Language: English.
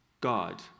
God